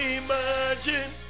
imagine